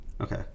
Okay